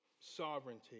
sovereignty